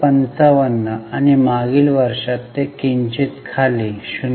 55 आणि मागील वर्षात ते किंचित खाली 0